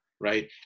Right